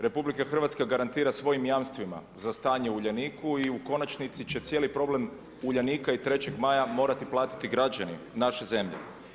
RH garantira svojim jamstvima za stanje u Uljaniku i u konačnici će cijeli problem Uljanika i 3. maja morati platiti građani naše zemlje.